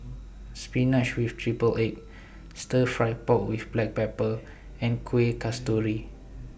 Spinach with Triple Egg Stir Fry Pork with Black Pepper and Kueh Kasturi